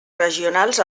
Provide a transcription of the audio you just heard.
regionals